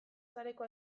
sareko